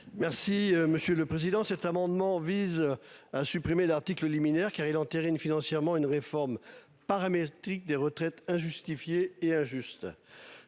Merci Monsieur le Président. Cet amendement vise. À supprimer l'article liminaire car il entérine financièrement une réforme paramétrique des retraites injustifiées et injuste.